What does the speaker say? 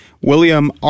William